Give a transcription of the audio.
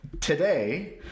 Today